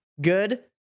good